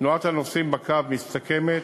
תנועת הנוסעים בקו מסתכמת